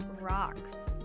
rocks